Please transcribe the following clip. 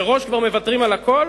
מראש כבר מוותרים על הכול,